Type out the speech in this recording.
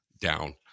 down